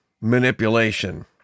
manipulation